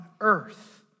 earth